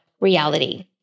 reality